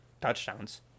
touchdowns